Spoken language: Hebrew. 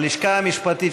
הלשכה המשפטית,